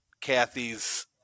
Kathy's